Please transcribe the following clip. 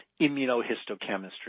immunohistochemistry